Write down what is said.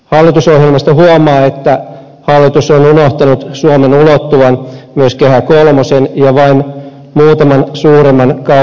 hallitusohjelmasta huomaa että hallitus on unohtanut suomen ulottuvan myös kehä kolmosen ja vain muutaman suuremman kaupungin ulkopuolellekin